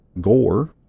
Gore